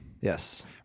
Yes